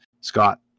Scott